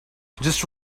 just